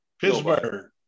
Pittsburgh